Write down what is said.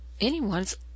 anyone's